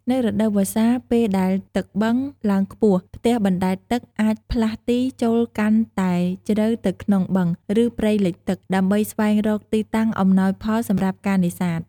នៅរដូវវស្សា ពេលដែលទឹកបឹងឡើងខ្ពស់ ផ្ទះបណ្ដែតទឹកអាចផ្លាស់ទីចូលកាន់តែជ្រៅទៅក្នុងបឹង ឬព្រៃលិចទឹក ដើម្បីស្វែងរកទីតាំងអំណោយផលសម្រាប់ការនេសាទ។